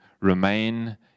remain